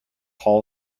hall